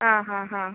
ആ ആ ആ